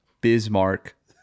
Bismarck